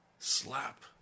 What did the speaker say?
Slap